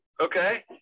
okay